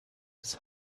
his